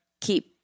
keep